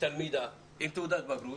תלמידה עם תעודת בגרות,